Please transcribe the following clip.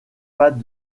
pas